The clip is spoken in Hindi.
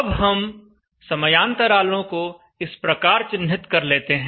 अब हम समयांतरालों को इस प्रकार चिह्नित कर लेते हैं